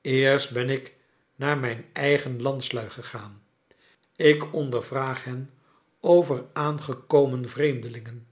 eerst ben ik naar mijn eigen landslui gegaan ik ondervraag hen over aangekomen vreemdelingen